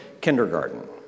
kindergarten